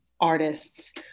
artists